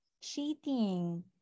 cheating